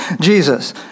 Jesus